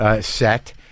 set